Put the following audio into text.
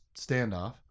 standoff